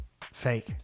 Fake